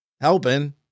helping